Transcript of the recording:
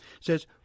says